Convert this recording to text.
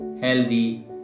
healthy